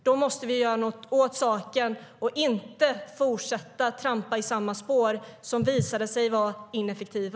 Vi måste göra något åt saken och inte fortsätta trampa i samma spår som visade sig vara ineffektiva.